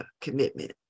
commitment